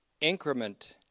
increment